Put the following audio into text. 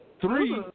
Three